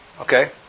okay